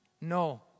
No